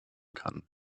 kann